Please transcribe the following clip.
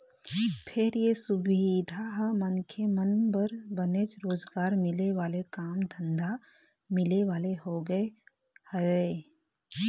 फेर ये सुबिधा ह मनखे मन बर बनेच रोजगार मिले वाले काम धंधा मिले वाले होगे हवय